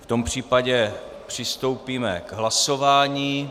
V tom případě přistoupíme k hlasování.